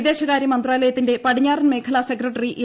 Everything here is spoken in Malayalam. വിദേശകാര്യ മന്ത്രാലയത്തിന്റെ പടിഞ്ഞാറൻ മേഖലാ സെക്രട്ടറി എ